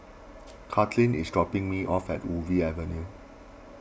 Katlin is dropping me off at Ubi Avenue